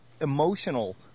emotional